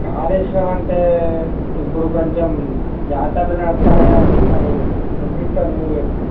కాళేశ్వరం అంటే ఇప్పుడు కొంచెం జాతరలు నడుస్తున్నాయి కాబట్టి మరి ఎంత ఇస్తావు నువ్వే చెప్పుము